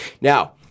Now